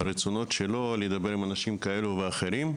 רצונות שלו לדבר עם אנשים כאלה ואחרים.